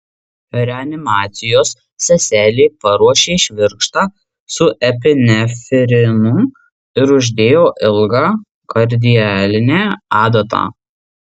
reanimacijos seselė paruošė švirkštą su epinefrinu ir uždėjo ilgą kardialinę adatą